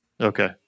Okay